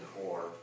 core